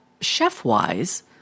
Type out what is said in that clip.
chef-wise